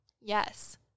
Yes